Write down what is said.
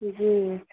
جی